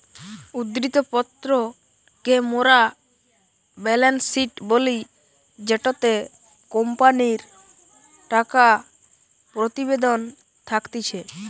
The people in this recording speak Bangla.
উদ্ধৃত্ত পত্র কে মোরা বেলেন্স শিট বলি জেটোতে কোম্পানির টাকা প্রতিবেদন থাকতিছে